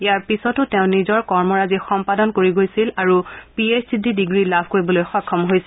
ইয়াৰ পিছতো তেওঁ নিজৰ কৰ্মৰাজি সম্পাদন কৰি গৈছিল আৰু পি এইছ ডি ডিগ্ৰী লাভ কৰিবলৈ সক্ষম হৈছিল